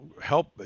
help